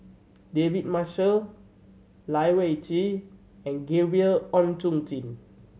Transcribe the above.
David Marshall Lai Weijie and Gabriel Oon Chong Jin